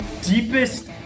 deepest